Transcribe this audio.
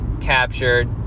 captured